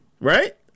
right